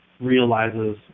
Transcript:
realizes